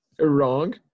wrong